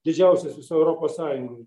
didžiausias visoj europos sąjungoj